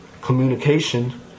communication